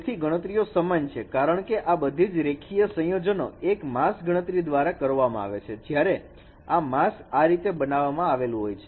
તેથી જે ગણતરીઓ સમાન છે કારણ કે આ બધા રેખીય સંયોજનો એક માસ ગણતરી દ્વારા કરવામાં આવે છે જ્યારે માસ્ક આ રીતે બનાવવામાં આવેલું હોય છે